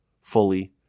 fully